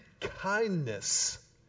kindness